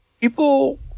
people